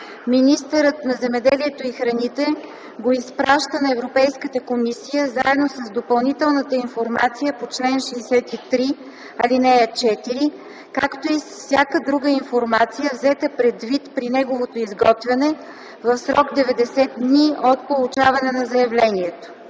министърът на земеделието и храните го изпраща на Европейската комисия заедно с допълнителната информация по чл. 63, ал. 4, както и с всяка друга информация, взета предвид при неговото изготвяне, в срок 90 дни от получаване на заявлението.